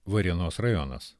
varėnos rajonas